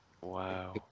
Wow